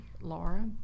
laura